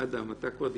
אדם, אתה כבר דיברת.